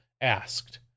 asked